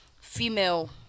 female